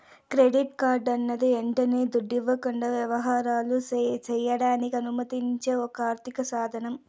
credit కార్డన్నది యంటనే దుడ్డివ్వకుండా యవహారాలు సెయ్యడానికి అనుమతిచ్చే ఒక ఆర్థిక సాదనం